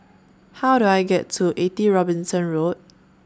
How Do I get to eighty Robinson Road